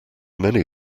many